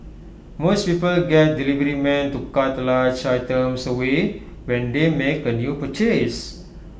most people get deliverymen to cart large items away when they make A new purchase